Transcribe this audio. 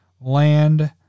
land